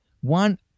One